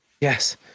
Yes